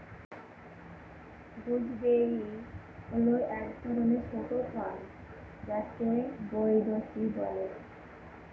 gooseberry হল এক ধরনের ছোট ফল যাকে বৈনচি বলে